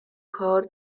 کار